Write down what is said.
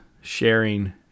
sharing